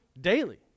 daily